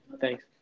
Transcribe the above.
thanks